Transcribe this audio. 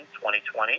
2020